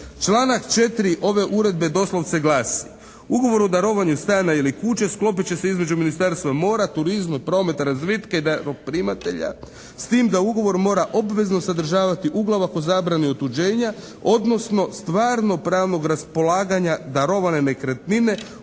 Članak 4. ove uredbe doslovce glasi: "Ugovor o darovanju stana ili kuće sklopit će se između Ministarstva mora, turizma, prometa, razvitka i dajmoprimatelja s tim da ugovor mora obvezno sadržavati uglavak o zabrani otuđenja odnosno stvarnog pravnog raspolaganja darovane nekretnine u